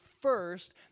first